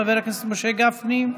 חבר הכנסת משה גפני,